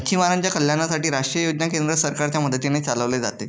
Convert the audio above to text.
मच्छीमारांच्या कल्याणासाठी राष्ट्रीय योजना केंद्र सरकारच्या मदतीने चालवले जाते